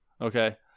Okay